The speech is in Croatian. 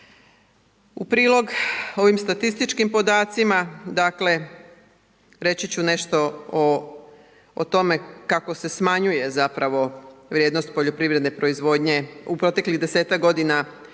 U prilog ovim statističkim podacima, dakle reći ću nešto o tome kako se smanjuje zapravo vrijednost poljoprivredne proizvodnje u proteklih 10-ak godina